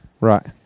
Right